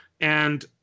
And-